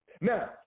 Now